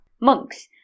monks